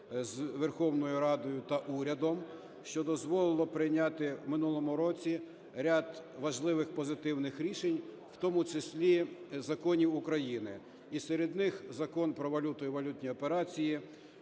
з Верховною Радою та урядом, що дозволило прийняти в минулому році ряд важливих позитивних рішень, в тому числі законів України. І серед них Закон "Про валюту і валютні операції",